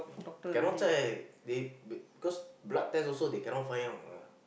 cannot check they b~ cause blood test also they cannot find out lah